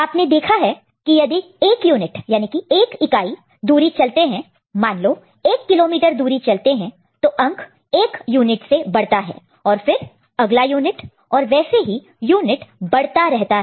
आपने देखा कि यदि एक यूनिट दूरी डिस्टेंस distanceचलते हैं मान लो 1 किलोमीटर दूरी चलते हैं तो अंक नंबर number एक यूनिट से बढ़ता है और फिर अगला यूनिट और वैसे ही यूनिट बढ़ता रहता है